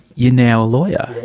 you're now a lawyer.